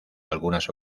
algunas